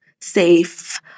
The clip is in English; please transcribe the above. safe